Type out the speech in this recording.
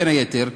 בין היתר,